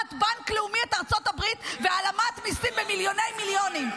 בנק לאומי את ארצות הברית והעלמת מיסים במיליוני מיליונים.